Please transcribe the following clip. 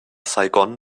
saigon